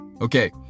okay